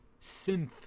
synth